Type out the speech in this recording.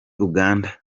uganda